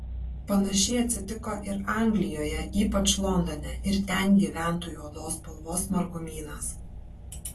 panašiai atsitiko ir anglijoje ypač londone ir ten gyventojų odos spalvos margumynas